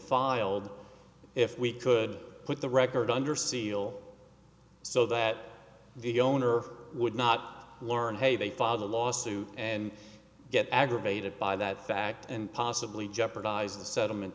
filed if we could put the record under seal so that the owner would not learn hey they filed a lawsuit and get aggravated by that fact and possibly jeopardize the settlement